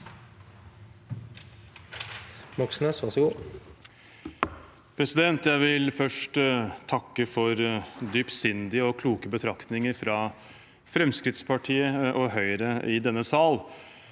Jeg vil først takke for dypsindige og kloke betraktninger fra Fremskrittspartiet og Høyre i denne sal.